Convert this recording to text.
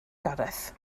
gareth